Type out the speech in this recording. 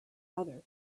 other